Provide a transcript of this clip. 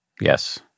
Yes